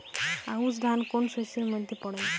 আউশ ধান কোন শস্যের মধ্যে পড়ে?